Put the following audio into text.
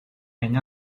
and